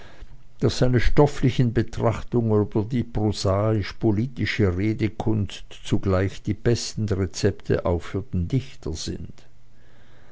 daß seine stofflichen betrachtungen über die prosaisch politische redekunst zugleich die besten rezepte auch für den dichter sind